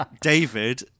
david